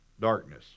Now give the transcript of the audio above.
darkness